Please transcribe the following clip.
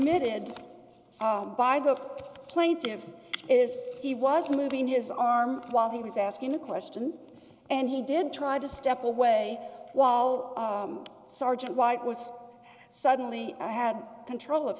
admitted by the plaintiffs is he was moving his arm while he was asking a question and he did try to step away while sergeant white was suddenly i had control of